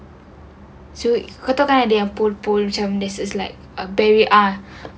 so katakan ada yang pool pool macam